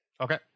Okay